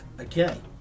Okay